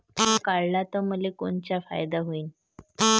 बिमा काढला त मले कोनचा फायदा होईन?